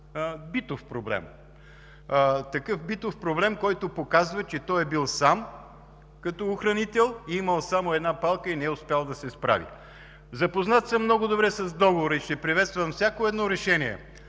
Битов проблем. Такъв битов проблем, който показва, че той е бил сам като охранител, имал е само една палка и не е успял да се справи. Запознат съм много добре с договора и ще приветствам всяко едно решение